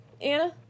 Anna